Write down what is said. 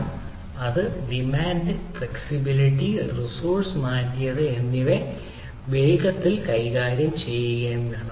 വേഗത പരിശോധന demand flexibility resource മാറ്റിയത് എന്നിവ എങ്ങനെ വേഗത്തിൽ കൈകാര്യം ചെയ്യണം